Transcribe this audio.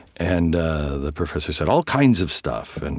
and the professor said, all kinds of stuff. and